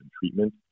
treatment